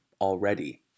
already